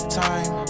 time